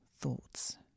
thoughts